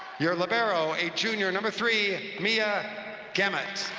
your libero, a junior, number three, mia gamet.